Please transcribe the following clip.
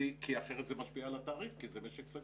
כי אחרת זה משפיע על התעריף כי זה משק סגור.